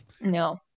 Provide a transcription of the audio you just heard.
No